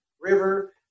River